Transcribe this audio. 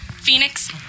Phoenix